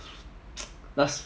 last